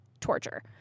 torture